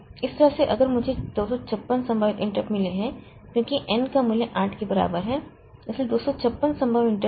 इस तरह से अगर मुझे 256 संभावित इंटरपट मिले हैं क्योंकि n का मूल्य 8 के बराबर है इसलिए 256 संभव इंटरपट